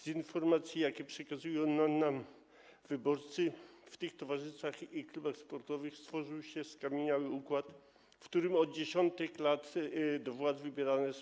Z informacji, jakie przekazują nam wyborcy, w tych towarzystwach i klubach sportowych stworzył się skamieniały układ, w którym od dziesiątek lat do władzy wybierane są